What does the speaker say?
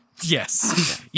Yes